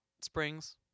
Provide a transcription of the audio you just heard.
springs